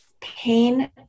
pain